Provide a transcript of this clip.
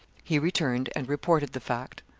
he returned and reported the fact.